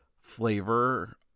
flavor